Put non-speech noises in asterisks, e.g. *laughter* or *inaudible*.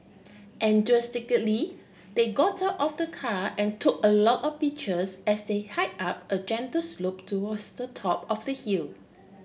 *unintelligible* they got of the car and took a lot of pictures as they hike up a gentle slope towards the top of the hill